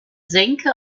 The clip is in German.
senke